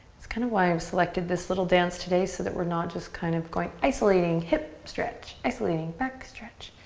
it's kind of why i've selected this little dance today so that we're not just kind of going isolating hip stretch. isolating back stretch.